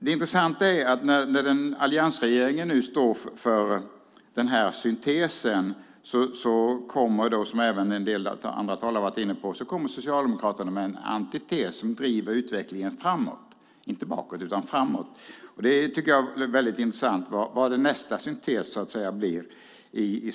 Det intressanta är att när alliansregeringen nu står för syntesen kommer, som även en del andra talare har varit inne på, Socialdemokraterna med en antites som driver utvecklingen framåt, inte bakåt utan framåt. Det är intressant att se vad nästa syntes blir.